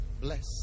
Bless